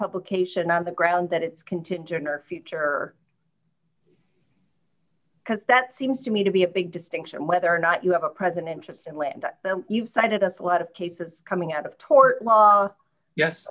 publication on the grounds that it's contin jenner future because that seems to me to be a big distinction whether or not you have a president just and when you've cited us a lot of cases coming out of tort law yes